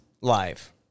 live